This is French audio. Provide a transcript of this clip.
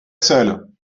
seuls